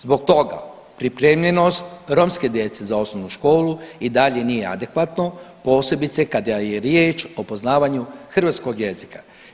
Zbog toga pripremljenost romske djece za osnovnu školu i dalje nije adekvatno, posebice kada je riječ o poznavanju hrvatskog jezika.